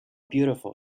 beautiful